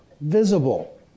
visible